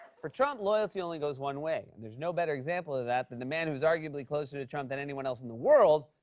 for trump, loyalty only goes one way, and there's no better example of that than the man who's arguably closer to trump than anyone else in the world,